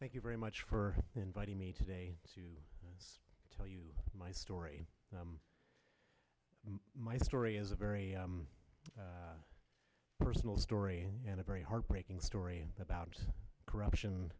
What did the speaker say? thank you very much for inviting me today to tell you my story my story is a very personal story and a very heartbreaking story about corruption